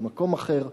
במקום אחר,